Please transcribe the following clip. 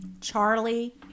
Charlie